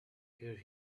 hear